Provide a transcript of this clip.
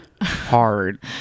hard